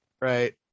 Right